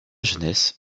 jeunesse